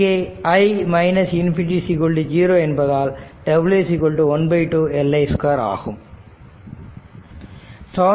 இங்கே i ∞ 0 என்பதால் w½ Li 2 ஆகும்